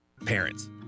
Parents